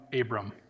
Abram